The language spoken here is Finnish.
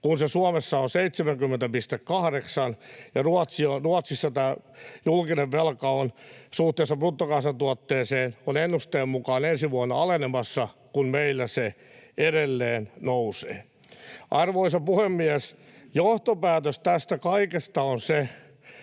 kun se Suomessa on 70,8, ja Ruotsissa tämä julkinen velka suhteessa bruttokansantuotteeseen on ennusteen mukaan ensi vuonna alenemassa, kun meillä se edelleen nousee. Arvoisa puhemies! Johtopäätös tästä kaikesta on se,